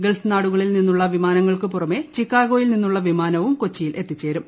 Gulf നാടുകളിൽ നിന്നുള്ള വിമാനങ്ങൾക്കുപുറമെ ചിക്കാഗോയിൽ നിന്നുള്ള വിമാനവും കൊച്ചിയിൽ എത്തിച്ചേരും